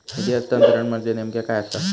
निधी हस्तांतरण म्हणजे नेमक्या काय आसा?